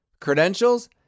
Credentials